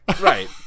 Right